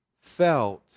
felt